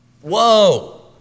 Whoa